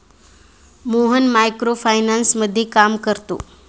Mohan micro फायनान्समध्ये काम करतो